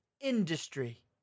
industry